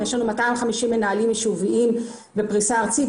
יש לנו 250 מנהלים יישוביים בפריסה ארצית,